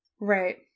Right